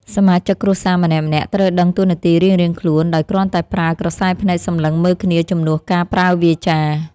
សមាជិកគ្រួសារម្នាក់ៗត្រូវដឹងតួនាទីរៀងៗខ្លួនដោយគ្រាន់តែប្រើក្រសែភ្នែកសម្លឹងមើលគ្នាជំនួសការប្រើវាចា។